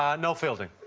ah noel fielding?